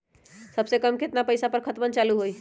सबसे कम केतना पईसा पर खतवन चालु होई?